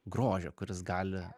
grožio kuris gali